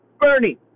Bernie